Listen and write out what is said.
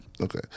Okay